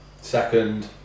Second